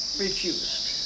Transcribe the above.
refused